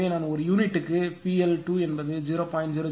எனவே நான் ஒரு யூனிட்டுக்கு PL2 என்பது 0